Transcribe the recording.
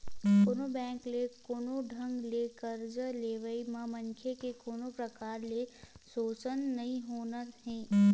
कोनो बेंक ले कोनो ढंग ले करजा लेवई म मनखे के कोनो परकार ले सोसन नइ होना हे